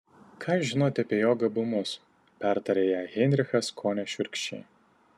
ką jūs žinote apie jo gabumus pertarė ją heinrichas kone šiurkščiai